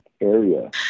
area